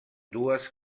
dues